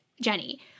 Jenny